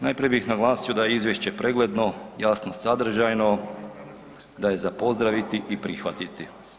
Najprije bih naglasio da je izvješće pregledno, jasno sadržajno da je za pozdraviti i prihvatiti.